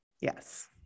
Yes